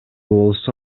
болсо